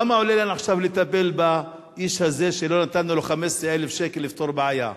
כמה עולה לנו עכשיו לטפל באיש הזה שלא נתנו לו 15,000 שקל לפתור בעיה?